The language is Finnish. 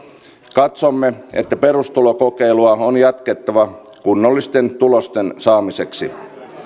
katsomme että perustulokokeilua on jatkettava kunnollisten tulosten saamiseksi